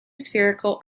spherical